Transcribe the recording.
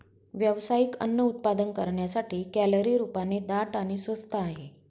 व्यावसायिक अन्न उत्पादन करण्यासाठी, कॅलरी रूपाने दाट आणि स्वस्त आहे